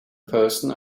person